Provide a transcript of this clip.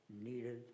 needed